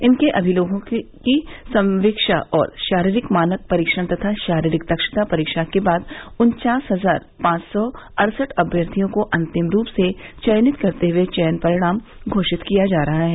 इनके अभिलेखों की संवीक्षा और शारीरिक मानक परीक्षण तथा शारीरिक दक्षता परीक्षा के बाद उन्चास हजार पांच सौ अड़सठ अभ्यर्थियों को अंतिम रूप से चयनित करते हुए चयन परिणाम घोषित किया जा रहा है